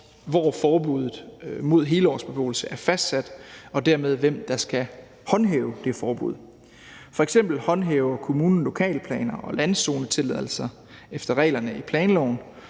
hvor forbuddet mod helårsbeboelse er fastsat, og dermed for, hvem der skal håndhæve det forbud. F.eks. håndhæver kommunen lokalplaner og landzonetilladelser efter reglerne i planloven,